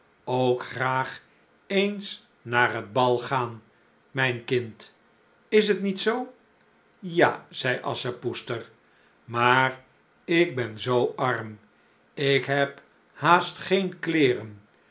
ook graag eens naar het bal gaan mijn kind is t niet zoo ja zei asschepoester maar ik ben zoo arm ik heb haast geen kleêren